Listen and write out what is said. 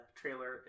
trailer